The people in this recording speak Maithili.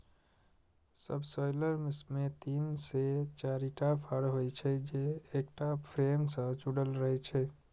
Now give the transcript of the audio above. सबसॉइलर मे तीन से चारिटा फाड़ होइ छै, जे एकटा फ्रेम सं जुड़ल रहै छै